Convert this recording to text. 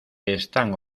están